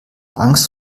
angst